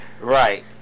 Right